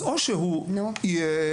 אז או שהוא ישתוק,